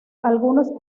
algunos